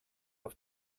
auf